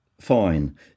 fine